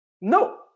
No